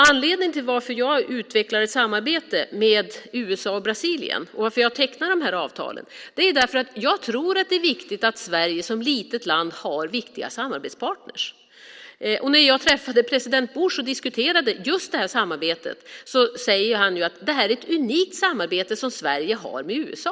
Anledningen till att jag utvecklar ett samarbete med USA och Brasilien och till att jag tecknar de här avtalen är att jag tror att det är viktigt att Sverige som litet land har viktiga samarbetspartner. När jag träffade president Bush och diskuterade just det här samarbetet sade han att det här är ett unikt samarbete som Sverige har med USA.